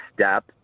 step